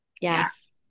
yes